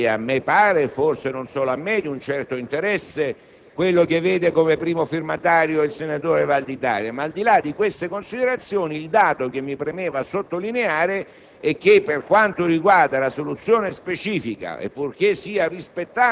In particolare, tra gli emendamenti che sono stati presentati, a me pare (e forse non solo a me) di un certo interesse quello che vede come primo firmatario il senatore Valditara. Tuttavia, al di là di queste considerazioni, il dato che mi premeva sottolineare